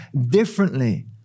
differently